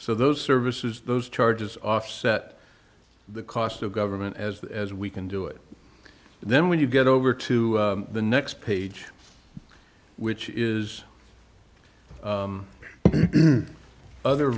so those services those charges offset the cost of government as we can do it then when you get over to the next page which is the other